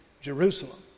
Jerusalem